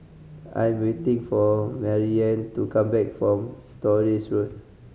I'm waiting for Maryanne to come back from Stores Road